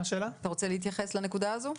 אתה רוצה להתייחס לנקודה הזו?